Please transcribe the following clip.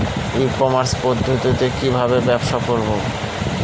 ই commerce পদ্ধতিতে কি ভাবে ব্যবসা করব?